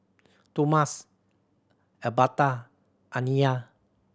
Tomas Elberta Amiya